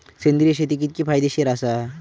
सेंद्रिय शेती कितकी फायदेशीर आसा?